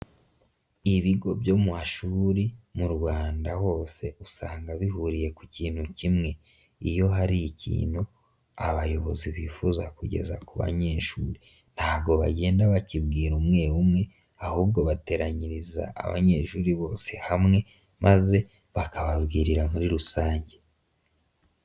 Ibigo byo mu mashuri mu Rwanda hose usanga bihuriye ku kintu kimwe, iyo hari ikintu abayobozi bifuza kugeza ku banyeshuri ntabwo bagenda bakibwira umwe umwe, ahubwo bateranyiriza abanyeshuri bose hamwe maze bakababwirira muri rusange.